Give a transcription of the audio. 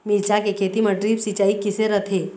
मिरचा के खेती म ड्रिप सिचाई किसे रथे?